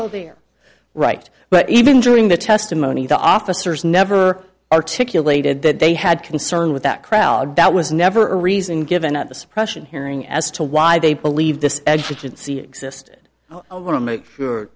know their right but even during the testimony the officers never articulated that they had concern with that crowd that was never a reason given at the suppression hearing as to why they believe this education see existed i want to make sure